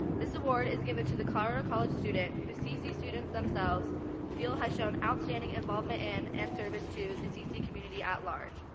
this award is given to the colorado college student who cc students themselves feel has shown outstanding involvement in, and service to, the cc community at large.